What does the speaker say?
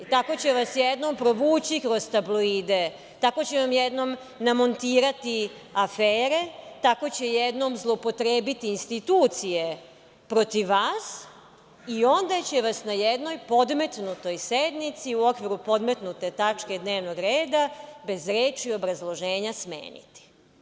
Tako će vas jednom provući kroz tabloide, tako će vam jednom namontirati afere, tako će jednom zloupotrebiti institucije protiv vas, i onda će vas na jednoj podmetnutnoj sednici, u okviru podmetnute tačke dnevnog reda, bez reči obrazloženja, smeniti.